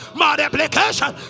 multiplication